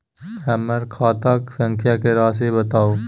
हमर खाता संख्या के राशि बताउ